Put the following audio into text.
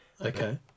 Okay